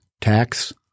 tax